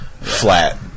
flat